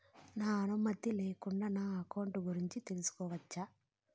నా అనుమతి లేకుండా నా అకౌంట్ గురించి తెలుసుకొనొచ్చా?